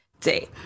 day